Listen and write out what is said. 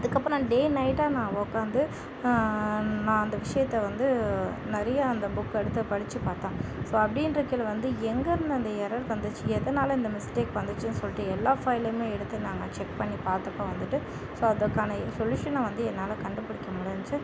அதுக்கப்புறம் டே நைட்டாக நான் உட்கார்ந்து அந்த விசயத்தை வந்து நிறையா அந்த புக்கை எடுத்துப் படித்து பாத்தேன் ஸோ அப்டின்றதில் வந்து எங்கே இருந்து அந்த எரர் வந்திச்சு எதனால் இந்த மிஸ்டேக் வந்துச்சுனு சொல்லிட்டு எல்லா ஃபைலையுமே எடுத்து நாங்கள் செக் பண்ணிப் பார்த்துட்டு வந்துட்டு அதுக்கான சொலியூஷனை வந்து என்னால் கண்டுபுடிக்க முடிஞ்சிச்சு